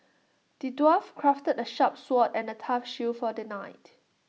the dwarf crafted A sharp sword and A tough shield for the knight